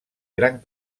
gran